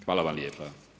Hvala vam lijepa.